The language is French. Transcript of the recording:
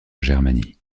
germanie